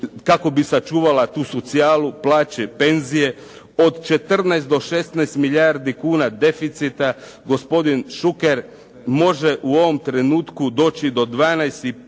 kako bi sačuvala tu socijalu, plaće, penzije, od 14 do 16 milijardi kuna deficita gospodin Šuker može u ovom trenutku doći do 12,5